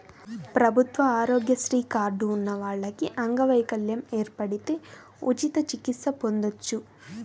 ప్రభుత్వ ఆరోగ్యశ్రీ కార్డు ఉన్న వాళ్లకి అంగవైకల్యం ఏర్పడితే ఉచిత చికిత్స పొందొచ్చు